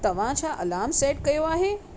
तव्हां छा alarm set कयो आहे